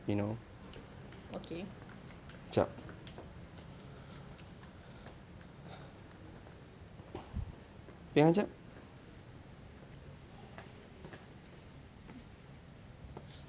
okay